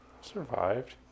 Survived